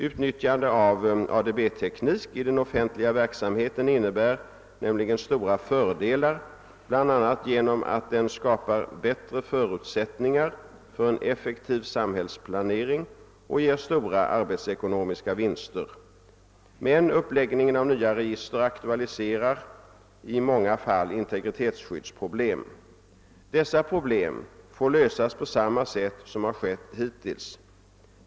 Utnyttjande av ADB-teknik i den offentliga verksamheten innebär nämligen stora fördelar bl.a. genom att den skapar bättre förutsättningar för en effektiv samhällsplanering och ger stora arbetsekonomiska vinster, men uppläggningen av nya register aktualiserar i många fall integritetsskyddsproblem. Dessa problem får lösas på samma sätt som har skett hittills.